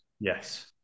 Yes